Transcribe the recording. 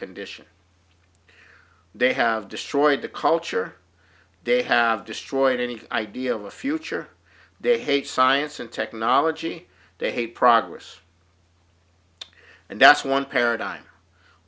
condition they have destroyed the culture they have destroyed any idea of a future they hate science and technology they hate progress and that's one paradigm